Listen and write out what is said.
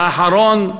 ואחרון,